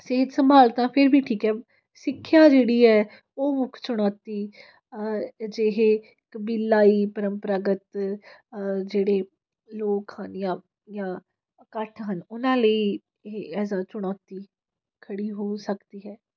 ਸਿਹਤ ਸੰਭਾਲ ਤਾਂ ਫਿਰ ਵੀ ਠੀਕ ਹੈ ਸਿੱਖਿਆ ਜਿਹੜੀ ਹੈ ਉਹ ਮੁੱਖ ਚੁਣੌਤੀ ਅਜਿਹੇ ਕਬੀਲਾਈ ਪਰੰਪਰਾਗਤ ਜਿਹੜੇ ਲੋਕ ਹਨ ਜਾਂ ਜਾਂ ਇਕੱਠ ਹਨ ਉਹਨਾਂ ਲਈ ਇਹ ਐਜ਼ ਆ ਚੁਣੌਤੀ ਖੜ੍ਹੀ ਹੋ ਸਕਦੀ ਹੈ